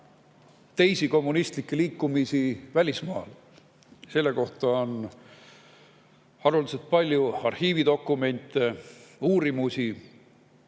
teisi kommunistlikke liikumisi välismaal. Selle kohta on haruldaselt palju arhiividokumente ja uurimusi.